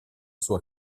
sua